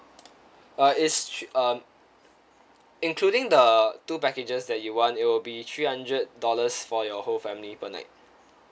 uh it's um including the two packages that you want it will be three hundred dollars for your whole family per night